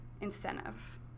incentive